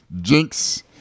Jinx